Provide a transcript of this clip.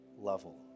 level